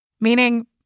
Meaning